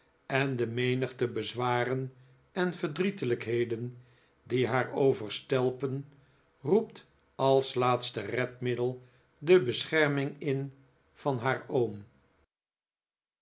en de menigte bezwaren en verdrietelijkheden die haar overstelpen roept als laatste redmiddel de beschernung in van haar oom